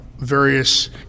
various